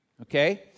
okay